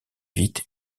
vite